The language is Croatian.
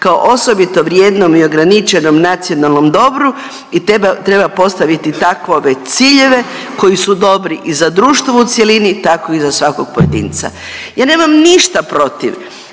kao osobito vrijednom i ograničenom nacionalnom dobru i treba postaviti takove ciljeve koji su dobri i za društvo u cjelini, tako i za svakog pojedinca. Ja nemam ništa protiv